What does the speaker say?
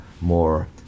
more